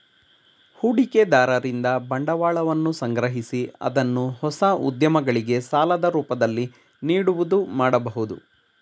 ಹೂಡಿಕೆದಾರರಿಂದ ಬಂಡವಾಳವನ್ನು ಸಂಗ್ರಹಿಸಿ ಅದನ್ನು ಹೊಸ ಉದ್ಯಮಗಳಿಗೆ ಸಾಲದ ರೂಪದಲ್ಲಿ ನೀಡುವುದು ಮಾಡಬಹುದು